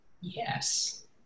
Yes